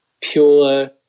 pure